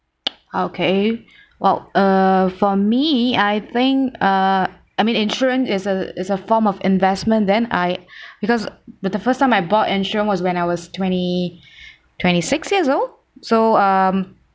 okay !wow! uh for me I think uh I mean insurance is a is a form of investment then I because the the first time I bought insurance was when I was twenty twenty six years old so um